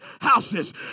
houses